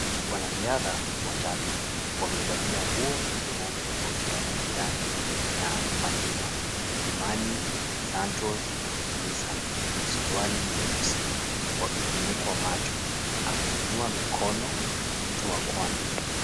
Wanariadha watatu, wamevalia nguo zinazotofautiana kirangi na majina, Kimani, Santoz, Nissan, suruali nyeusi, wamefunikwa macho, ameinua mkono mtu wa kwanza.